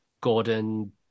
Gordon